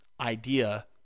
idea